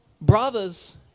brothers